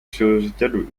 chirurgicale